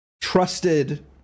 trusted